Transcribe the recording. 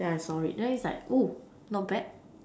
then I saw it then it's like oh not bad